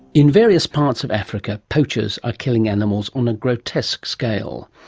in various parts of africa poachers are killing animals on a grotesque scale.